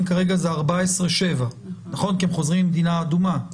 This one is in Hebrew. כרגע הוא 14/7 כי הם חוזרים ממדינה אדומה.